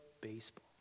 baseball